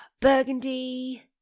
Burgundy